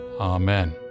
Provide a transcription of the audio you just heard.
amen